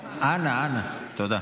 אנא, תודה.